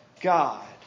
God